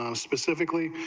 um specifically,